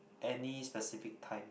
any specific time